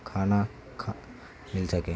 کھانا کھا مل سکے